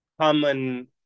common